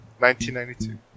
1992